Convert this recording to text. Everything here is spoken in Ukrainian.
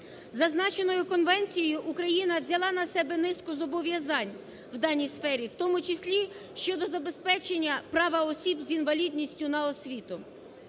Зазначеною конвенцією Україна взяла на себе низку зобов'язань у даній сфері, в тому числі, щодо забезпечення права осіб з інвалідністю на освіту.